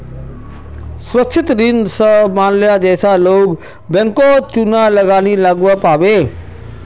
सुरक्षित ऋण स माल्या जैसा लोग बैंकक चुना नी लगव्वा पाबे